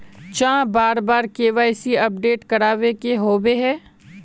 चाँह बार बार के.वाई.सी अपडेट करावे के होबे है?